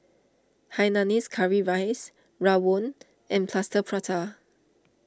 Hainanese Curry Rice Rawon and Plaster Prata